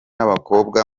abakobwa